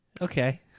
Okay